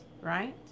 right